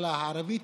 בכלכלה הערבית.